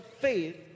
faith